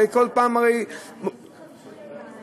לכן